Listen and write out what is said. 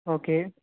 okay